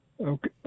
okay